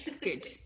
good